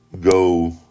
go